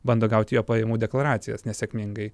bando gauti jo pajamų deklaracijas nesėkmingai